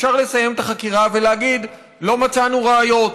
אפשר לסיים את החקירה ולהגיד: לא מצאנו ראיות,